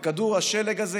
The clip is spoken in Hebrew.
וכדור השלג הזה,